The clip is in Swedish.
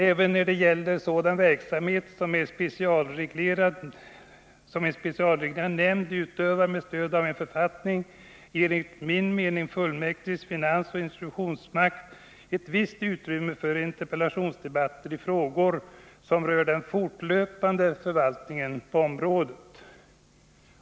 Även när det gäller sådan verksamhet som en specialreglerad nämnd utövar med stöd av en författning ger enligt min mening fullmäktiges finansoch instruktionsmakt ett visst utrymme för interpellationsdebatter i frågor som rör den fortlöpande förvaltningen på området.